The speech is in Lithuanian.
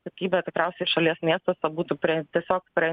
kokybė prasta šalies miestų pabūtų prie tiesiog prie